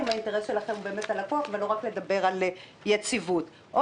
אם האינטרס שלכם הוא באמת הלקוח ולא רק לדבר על יציבות.